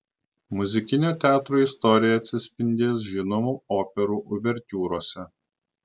muzikinio teatro istorija atsispindės žinomų operų uvertiūrose